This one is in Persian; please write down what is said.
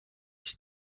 هیچ